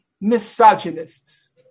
misogynists